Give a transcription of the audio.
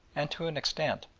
and to an extent,